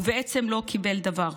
ובעצם הוא לא קיבל דבר.